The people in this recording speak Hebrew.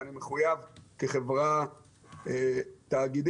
ואני מחויב כחברה תאגידית,